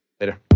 Later